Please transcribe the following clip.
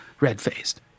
red-faced